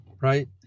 right